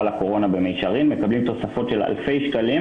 לקורונה במישרין מקבלים תוספות של אלפי שקלים